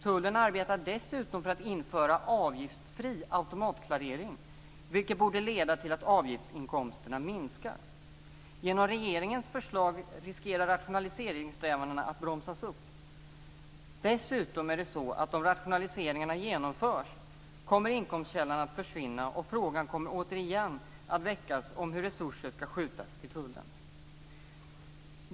Tullen arbetar dessutom för att införa avgiftsfri automatklarering, vilket borde leda till att avgiftsinkomsterna minskar. Genom regeringens förslag riskerar rationaliseringssträvandena att bromsas upp. Dessutom är det så, att om rationaliseringarna genomförs så kommer inkomstkällan att försvinna och frågan återigen väckas om hur resurser ska skjutas till Tullen.